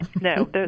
No